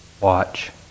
watch